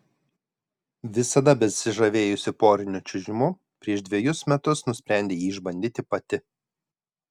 visada besižavėjusi poriniu čiuožimu prieš dvejus metus nusprendė jį išbandyti pati